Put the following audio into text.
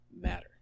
matter